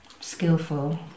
skillful